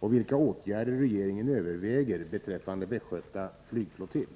och vilka åtgärder regeringen överväger beträffande Västgöta flygflottilj.